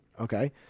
okay